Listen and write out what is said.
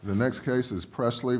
the next cases presley